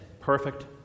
perfect